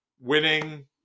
winning